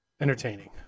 entertaining